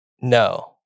No